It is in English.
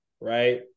right